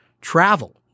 Travel